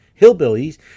hillbillies